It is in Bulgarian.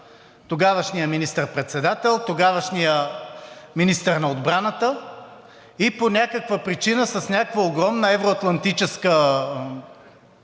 тогавашния министър-председател, тогавашния министър на отбраната и по някаква причина с някаква огромна евро-атлантическа